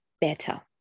better